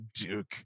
Duke